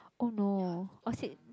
oh no oh sick